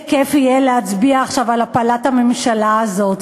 איזה כיף יהיה להצביע עכשיו על הפלת הממשלה הזאת.